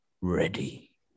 ready